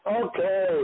Okay